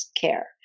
care